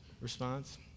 response